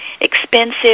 expensive